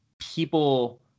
people